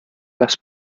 las